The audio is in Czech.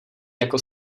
jako